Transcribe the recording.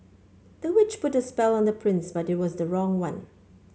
the witch put a spell on the prince but it was the wrong one